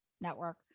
network